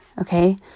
Okay